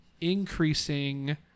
increasing